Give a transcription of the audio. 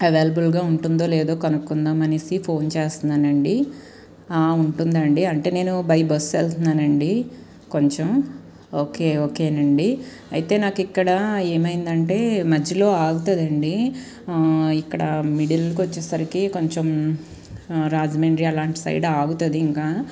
అవైలబుల్గా ఉంటుందో లేదో కనుక్కుందామనేసి ఫోన్ చేస్తున్నాను అండి ఉంటుందా అండి అంటే నేను బై బస్సు వెళుతున్నాను అండి కొంచెం ఓకే ఓకే నండి అయితే నాకు ఇక్కడ ఏమైందంటే మధ్యలో ఆగుతుందండి ఇక్కడ మిడిల్కి వచ్చేసరికి కొంచెం రాజమండ్రి అలాంటి సైడ్ ఆగుతుంది ఇంకా